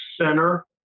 center